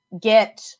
get